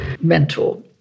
mentor